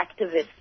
activists